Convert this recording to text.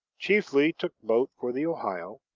chiefly took boat for the ohio